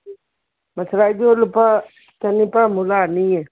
ꯃꯁꯥꯂꯥꯏꯗꯣ ꯂꯨꯄꯥ ꯆꯅꯤꯄꯥꯟꯃꯨꯛ ꯂꯥꯛꯑꯅꯤꯌꯦ